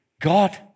God